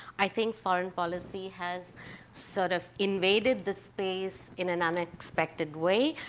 i think foreign policy has sort of invaded the space in an unexpected way,